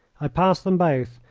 i passed them both,